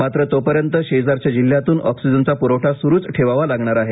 मात्र तोपर्यंत शेजारच्या जिल्ह्यातून ऑक्सिजनचा पुरवठा सुरूच ठेवावा लागणार आहे